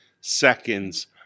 seconds